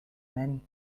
many